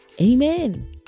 amen